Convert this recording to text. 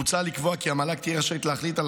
מוצע לקבוע כי המל"ג תהיה רשאית להחליט על